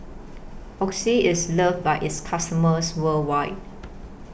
Oxy IS loved By its customers worldwide